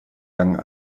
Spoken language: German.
dank